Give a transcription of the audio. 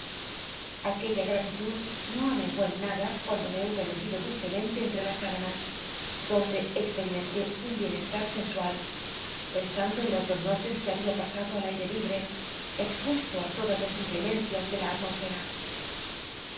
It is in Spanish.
aquella gtalilud no amcnguó en nada cuando me hube metido dulcemente cnllc las s ibana donde experimenté un bicnestat sensual pensando en las dos noches que había pasado al aitc libre expuesto i todas las inclemencias de la atmósfera